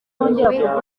prunier